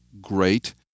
great